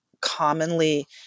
commonly